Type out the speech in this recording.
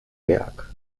werk